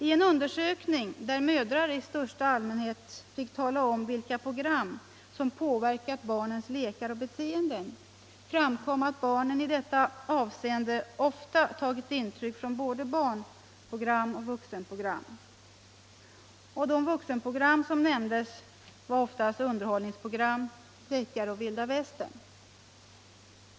I en undersökning, där mödrar i största allmänhet fick tala 'om vilka program som påverkat barnens lekar och beteenden, framkom att barnen i detta avseende ofta tagit intryck av både barnprogram och vuxenprogram. De vuxenprogram som nämndes var oftast underhållningsprogram, deckare och vilda västern.